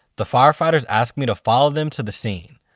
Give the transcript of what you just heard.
the firefighters ask me to follow them to the scene.